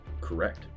Correct